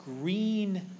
green